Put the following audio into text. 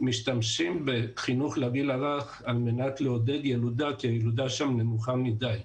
משתמשים בחינוך לגיל הרך על מנת לעודד ילודה כי הילודה שם נמוכה מדי.